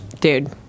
dude